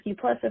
plus